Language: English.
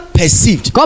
perceived